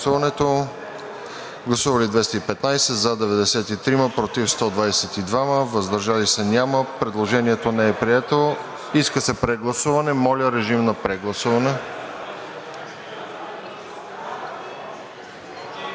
представители: за 94, против 124, въздържали се няма. Предложението не е прието. Иска се прегласуване. Режим на прегласуване.